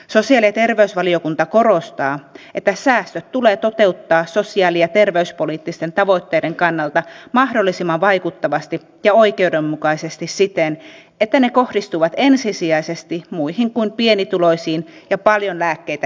sosiaali ja terveysvaliokunta korostaa että säästöt tulee toteuttaa sosiaali ja terveyspoliittisten tavoitteiden kannalta mahdollisimman vaikuttavasti ja oikeudenmukaisesti siten että ne kohdistuvat ensisijaisesti muihin kuin pienituloisiin ja paljon lääkkeitä käyttäviin